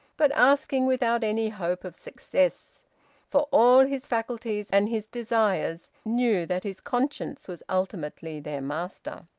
but asking without any hope of success for all his faculties and his desires knew that his conscience was ultimately their master.